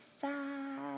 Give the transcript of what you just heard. side